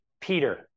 Peter